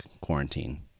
quarantine